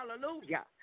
Hallelujah